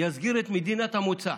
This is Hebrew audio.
יסגיר את מדינת המוצא.